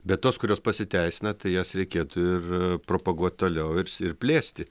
bet tos kurios pasiteisina tai jas reikėtų ir propaguot toliau ir plėsti